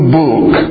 book